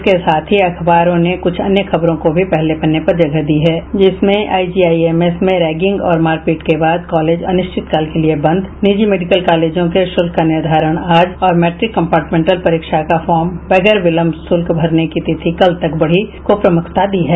इसके साथ ही अखबारों ने कुछ अन्य खबरों को भी पहले पन्ने पर जगह दी है जिसमें आईजीआईएमएस में रैंगिंग और मारपीट के बाद कॉलज अनिश्चितकाल के लिए बंद निजी मेडिकल कॉलेजों के शुल्क का निर्धारण आज और मैट्रिक कंपार्टमेंटल परीक्षा का फार्म बगैर विलंब शुल्क भरने की तिथि कल तक बढ़ी को प्रमखता दी है